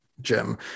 Jim